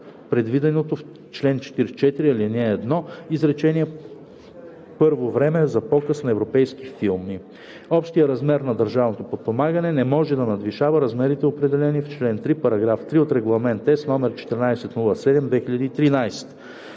предвиденото в чл. 44, ал. 1, изречение първо време за показ на европейски филми. Общият размер на държавното подпомагане не може да надвишава размерите, определени в член 3, параграф 2 от Регламент (ЕС) № 1407/2013.“